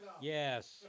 Yes